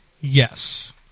Yes